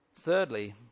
thirdly